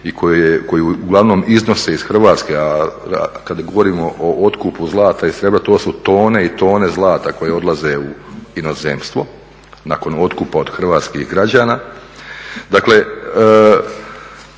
i koju uglavnom iznose iz Hrvatske, a kad govorimo o otkupu zlata i srebra to su tone i tone zlata koje odlaze u inozemstvo nakon otkupa od hrvatskih građana.